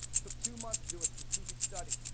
took two months to do a strategic study,